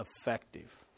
effective